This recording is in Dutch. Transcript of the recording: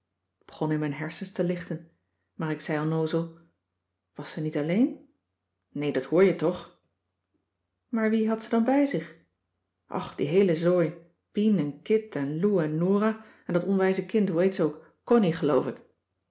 begon in mijn hersens te lichten maar ik zei onnoozel was ze niet alleen nee dat hoor je toch naar wie had ze dan bij zich och die heele zooi pien en kit en lou en nora cissy van marxveldt de h b s tijd van joop ter heul en dat onwijze kind hoe heet ze ook connie geloof ik